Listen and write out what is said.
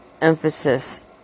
Emphasis